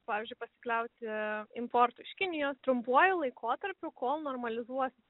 pavyzdžiui pasikliauti importu iš kinijos trumpuoju laikotarpiu kol normalizuosis